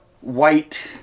white